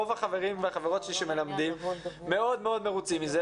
רוב החברים והחברות שלי שמלמדים מאוד מאוד מרוצים מזה